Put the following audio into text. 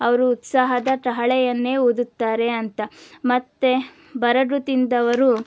ಅವರು ಉತ್ಸಾಹದ ಕಹಳೆಯನ್ನೇ ಊದುತ್ತಾರೆ ಅಂತ ಮತ್ತೆ ಬರಗು ತಿಂದವರು